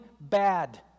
bad